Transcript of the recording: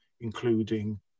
including